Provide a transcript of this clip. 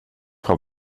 har